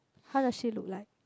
how does she look like